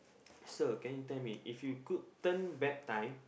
so can you tell me if you could turn back time